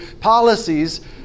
policies